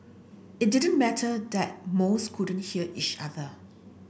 it didn't matter that most couldn't hear each other